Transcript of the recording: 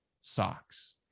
socks